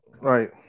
right